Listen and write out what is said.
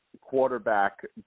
quarterback